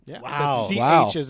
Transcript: Wow